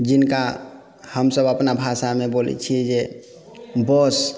जिनका हमसभ अपना भाषामे बोलै छियै जे बस